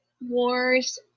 wars